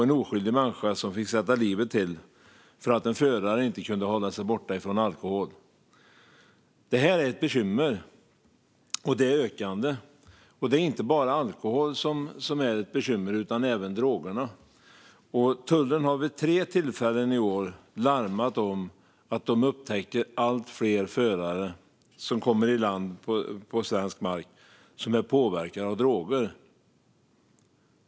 En oskyldig människa fick sätta livet till för att en förare inte kunde hålla sig borta från alkohol. Det här är ett bekymmer, och det är ökande. Det handlar inte om bara alkohol utan även droger. Tullen har vid tre tillfällen i år larmat om att allt fler drogpåverkade förare kör in i Sverige.